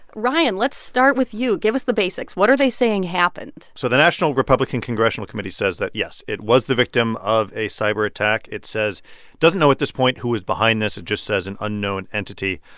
ryan, let's start with you. give us the basics. what are they saying happened? so the national republican congressional committee says that, yes, it was the victim of a cyberattack. it says it doesn't know at this point who is behind this. it just says an unknown entity.